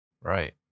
Right